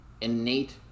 innate